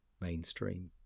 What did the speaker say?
mainstream